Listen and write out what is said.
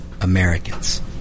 Americans